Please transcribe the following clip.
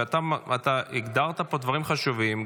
ואתה הגדרת פה דברים חשובים,